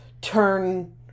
turn